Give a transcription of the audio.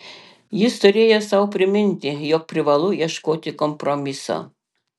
jis turėjo sau priminti jog privalu ieškoti kompromiso